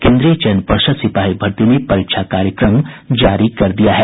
केन्द्रीय चयन पर्षद सिपाही भर्ती ने परीक्षा कार्यक्रम जारी कर दिया है